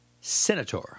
Senator